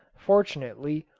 fortunately,